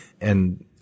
And-